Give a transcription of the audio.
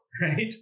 right